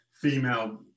female